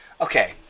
Okay